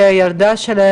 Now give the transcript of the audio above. הרב אהרון ליבוביץ,